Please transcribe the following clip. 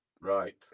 Right